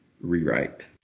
rewrite